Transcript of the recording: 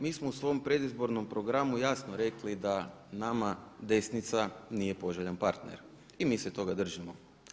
Mi smo u svom predizbornom programu jasnu rekli da nama desnica nije poželjan partner i mi se toga držimo.